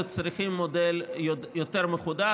צריכים מודל יותר מחודד.